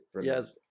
yes